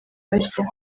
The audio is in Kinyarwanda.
bashya